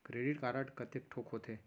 Credit card कतेक ठोक होथे?